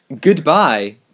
Goodbye